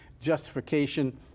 justification